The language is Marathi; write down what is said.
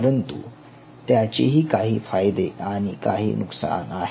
परंतु त्याचेही काही फायदे आणि काही नुकसान आहे